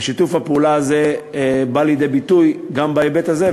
ושיתוף הפעולה הזה בא לידי ביטוי גם בהיבט הזה.